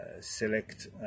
select